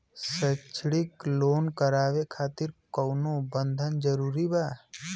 शैक्षणिक लोन करावे खातिर कउनो बंधक जरूरी बा?